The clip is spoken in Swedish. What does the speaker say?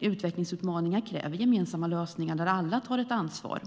utvecklingsutmaningar kräver gemensamma lösningar där alla tar ett ansvar.